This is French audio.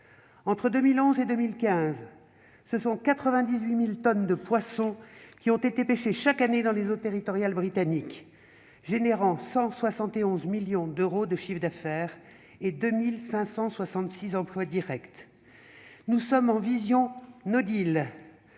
Entre 2011 et 2015, quelque 98 000 tonnes de poissons ont été pêchées chaque année dans les eaux territoriales britanniques, entraînant 171 millions d'euros de chiffre d'affaires et 2 566 emplois directs. Nous sommes en vision englober la